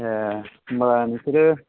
ए होनबा नोंसोरो